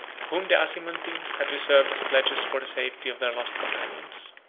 whom the azimuntines had reserved as pledges for the safety of their lost companions.